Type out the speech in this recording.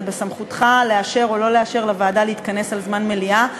זה בסמכותך לאשר או לא לאשר לוועדה להתכנס על זמן מליאה.